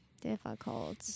Difficult